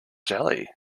jelly